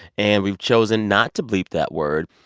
and we've chosen not to bleep that word.